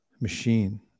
machine